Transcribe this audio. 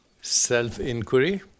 Self-inquiry